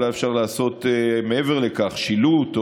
אולי אפשר לעשות מעבר לכך: שילוט,